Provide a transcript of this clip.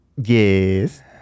yes